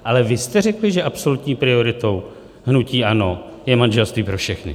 Ale vy jste řekli, že absolutní prioritou hnutí ANO je manželství pro všechny.